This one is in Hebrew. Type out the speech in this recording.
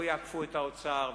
לא יעקפו את האוצר,